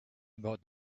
about